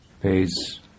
pays